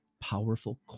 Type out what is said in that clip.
powerful